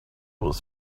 was